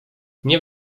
nie